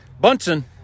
Bunsen